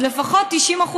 אז לפחות 90%,